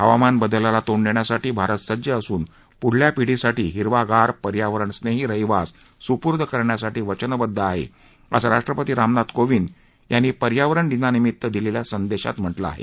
हवामान बदलाला तोंड देण्यासाठी भारत सज्ज असून पुढल्या पिढीसाठी हिरवागार पर्यावरणस्नेही रहिवास सुपूर्द करण्यासाठी वचनबद्ध आहे असं राष्ट्रपती रामनाथ कोविंद यांनी पर्यावरणदिनानिमित्त दिलेल्या संदेशात म्हटलं आहे